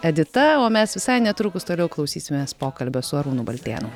edita o mes visai netrukus toliau klausysimės pokalbio su arūnu baltėnu